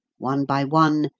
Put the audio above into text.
one by one,